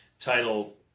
title